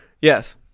yes